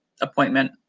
appointment